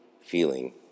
feeling